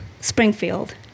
Springfield